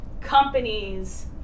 companies